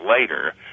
later